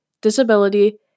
disability